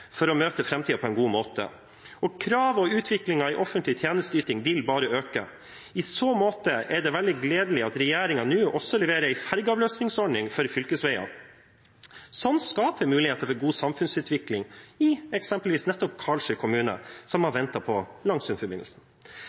for å møte framtiden på en god måte. Kravene og utviklingen i offentlig tjenesteyting vil bare øke. I så måte er det veldig gledelig at regjeringen nå også leverer en fergeavløsningsordning for fylkesveiene. Slikt skaper muligheter for god samfunnsutvikling i eksempelvis nettopp Karlsøy kommune, som har ventet på Langsundforbindelsen.